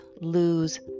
lose